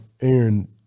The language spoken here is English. Aaron